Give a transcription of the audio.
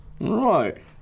Right